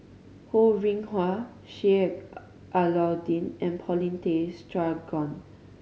Ho Rih Hwa Sheik Alau'ddin and Paulin Tay Straughan